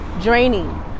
draining